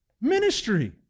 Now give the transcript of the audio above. ministry